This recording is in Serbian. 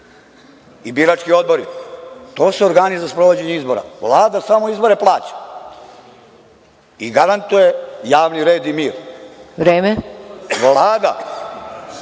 i birački odbori. To su organi za sprovođenje izbora. Vlada samo izbore plaća i garantuje javni red i mir. **Maja